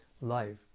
life